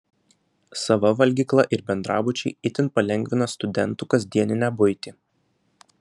sava valgykla ir bendrabučiai itin palengvina studentų kasdieninę buitį